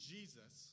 Jesus